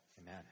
Amen